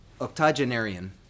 octogenarian